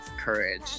courage